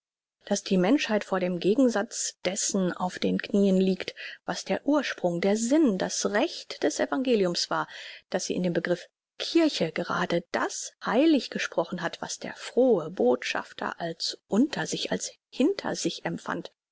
daß die menschheit vor dem gegensatz dessen auf den knien liegt was der ursprung der sinn das recht des evangeliums war daß sie in dem begriff kirche gerade das heilig gesprochen hat was der frohe botschafter als unter sich als hinter sich empfand